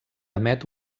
emet